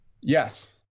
Yes